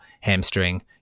hamstring